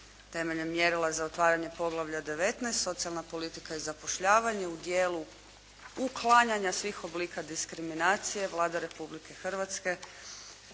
temeljem mjerila za otvaranje poglavlja 19. socijalna politika i zapošljavanje u dijelu uklanjanja svih oblika diskriminacije Vlada Republike Hrvatske